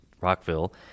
Rockville